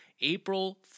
april